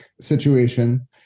situation